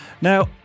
Now